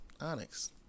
onyx